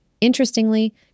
Interestingly